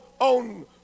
on